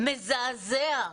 מזעזע.